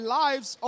lives